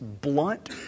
blunt